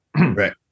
Right